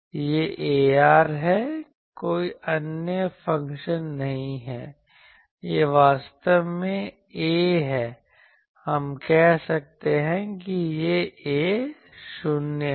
यह ar है कोई अन्य फ़ंक्शन नहीं है यह वास्तव में a है हम कह सकते हैं कि यह a 0 है